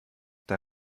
der